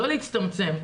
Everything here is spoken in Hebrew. לא להצטמצם.